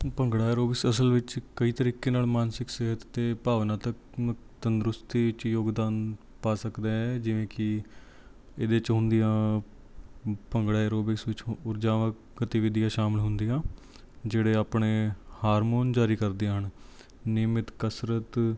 bhangra aerobics ਅਸਲ ਵਿੱਚ ਕਈ ਤਰੀਕੇ ਨਾਲ ਮਾਨਸਿਕ ਸਿਹਤ ਅਤੇ ਭਾਵਨਾਤਮਕ ਤੰਦਰੁਸਤੀ 'ਚ ਯੋਗਦਾਨ ਪਾ ਸਕਦਾ ਹੈ ਜਿਵੇਂ ਕਿ ਇਹਦੇ 'ਚ ਹੁੰਦੀਆਂ ਭੰਗੜਾ ਐਰੋਬਿਕਸ ਇਸ ਵਿੱਚ ਊਰਜਾ ਗਤੀਵਿਧੀਆ ਸ਼ਾਮਿਲ ਹੁੰਦੀਆਂ ਜਿਹੜੇ ਆਪਣੇ ਹਾਰਮੋਨ ਜਾਰੀ ਕਰਦੇ ਹਨ ਨਿਯਮਿਤ ਕਸਰਤ